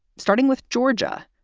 starting with georgia.